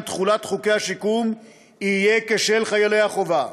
תחולת חוקי השיקום יהיה כשל חיילי החובה,